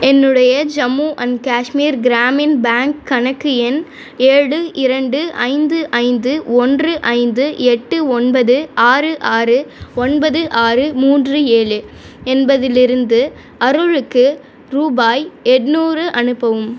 என்னுடைய Jammu and Kashmir Grameen bank கணக்கு எண் ஏழு இரண்டு ஐந்து ஐந்து ஒன்று ஐந்து எட்டு ஒன்பது ஆறு ஆறு ஒன்பது ஆறு மூன்று ஏழு என்பதிலிருந்து அருளுக்கு ரூபாய் எட்நூறு அனுப்பவும்